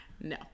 No